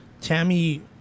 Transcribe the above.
Tammy